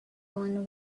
alone